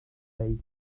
beic